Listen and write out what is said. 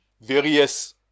various